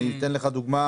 אני נותן לך כדוגמה